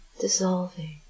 dissolving